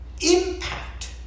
impact